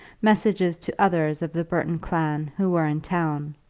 messages to others of the burton clan who were in town,